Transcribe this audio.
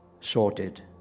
sorted